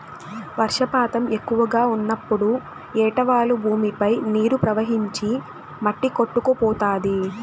వర్షపాతం ఎక్కువగా ఉన్నప్పుడు ఏటవాలు భూమిపై నీరు ప్రవహించి మట్టి కొట్టుకుపోతాది